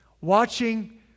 Watching